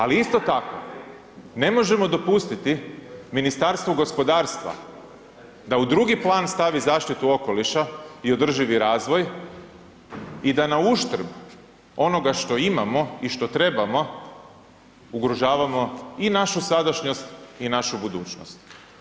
Ali isto tako ne možemo dopustiti Ministarstvu gospodarstva da u drugi plan stavi zaštitu okoliša i održivi razvoj i da na uštrb onoga što imamo i što trebamo ugrožavamo i našu sadašnjost i našu budućnost.